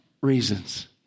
reasons